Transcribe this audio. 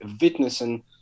witnessing